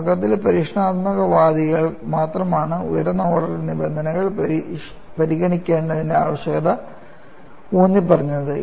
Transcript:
തുടക്കത്തിൽ പരീക്ഷണാത്മകവാദികൾ മാത്രമാണ് ഉയർന്ന ഓർഡർ നിബന്ധനകൾ പരിഗണിക്കേണ്ടതിന്റെ ആവശ്യകത ഊന്നിപ്പറഞ്ഞത്